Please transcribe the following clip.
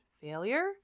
failure